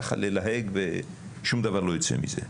ככה ללהג ושום דבר לא יצא מזה.